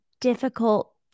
difficult